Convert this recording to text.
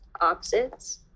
opposites